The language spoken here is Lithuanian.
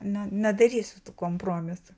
ne nedarysiu tų kompromisų